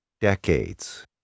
decades